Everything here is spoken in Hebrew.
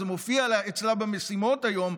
כשזה מופיע אצלה במשימות היום,